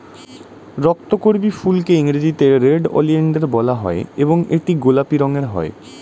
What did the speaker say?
রক্তকরবী ফুলকে ইংরেজিতে red oleander বলা হয় এবং এটি গোলাপি রঙের হয়